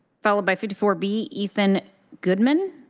followed by fifty four b ethan goodman.